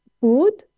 food